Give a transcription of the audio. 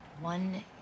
One